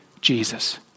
Jesus